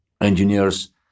engineers